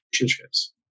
relationships